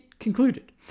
Concluded